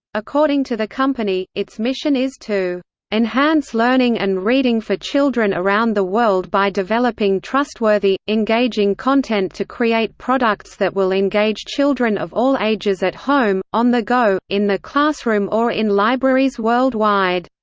according to the company, its mission is to enhance learning and reading for children around the world by developing trustworthy, engaging content to create products that will engage children of all ages at home, on the go, in the classroom or in libraries worldwide.